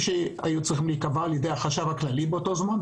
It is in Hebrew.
שהיו צריכים להיקבע על ידי החשב הכללי באותו הזמן,